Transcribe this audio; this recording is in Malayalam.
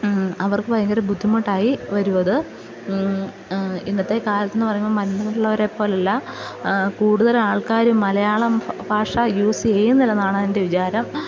അവർക്ക് ഭയങ്കര ബുദ്ധിമുട്ടായി വരുവത് ഇന്നത്തെ കാലത്തെന്നു പറയുമ്പം മറ്റുള്ളവരെ പോലെയല്ല കൂടുതലാൾക്കാർ മലയാളം ഭാഷ യൂസ് ചെയ്യുന്നില്ലെന്നാണ് എൻ്റെ വിചാരം